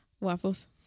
Waffles